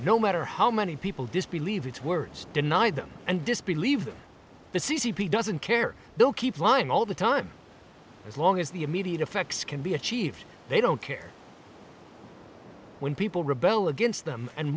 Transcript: no matter how many people disbelieve its words deny them and disbelieve the c c p doesn't care they'll keep lying all the time as long as the immediate effects can be achieved they don't care when people rebel against them and